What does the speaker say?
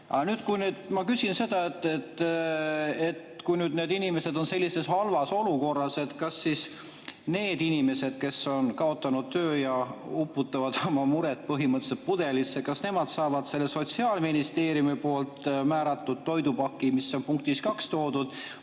Aga nüüd ma küsin seda, et kui need inimesed on sellises halvas olukorras, kas siis need inimesed, kes on kaotanud töö ja uputavad oma muret põhimõtteliselt pudelisse, kas nemad saavad selle Sotsiaalministeeriumi määratud toidupaki, mis on punktis kaks toodud,